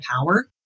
power